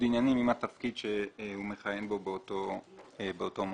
עניינים עם התפקיד שהוא מכהן בו באותו מועד.